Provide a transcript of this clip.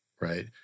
right